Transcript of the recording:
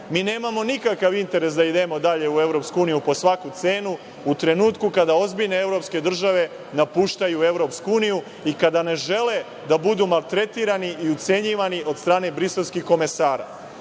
nemamo nikakav interes da idemo dalje u EU po svaku cenu u trenutku kada ozbiljne evropske države napuštaju EU i kada ne žele da budu maltretirani i ucenjivani od strane briselskih komesara.